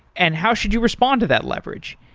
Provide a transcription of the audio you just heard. and how should you respond to that leverage?